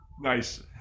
nice